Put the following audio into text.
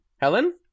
Helen